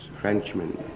Frenchmen